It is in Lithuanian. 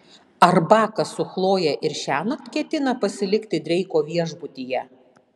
ar bakas su chloje ir šiąnakt ketina pasilikti dreiko viešbutyje